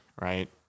right